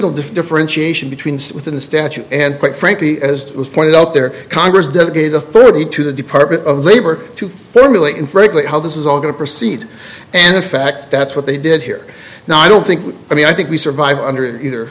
no differentiation between within the statute and quite frankly as was pointed out there congress does get a thirty two the department of labor to thermally in frankly how this is all going to proceed and in fact that's what they did here now i don't think we i mean i think we survive under either